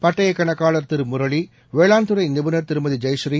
பட்டயக் கணக்காளர் திரு முரளி வேளாண் துறை நிபுணர் திருமதி ஜெயஸ்ரீ